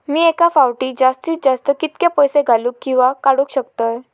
मी एका फाउटी जास्तीत जास्त कितके पैसे घालूक किवा काडूक शकतय?